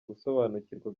gusobanukirwa